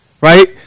Right